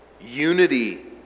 Unity